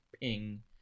Ping